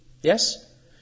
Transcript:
Yes